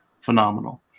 phenomenal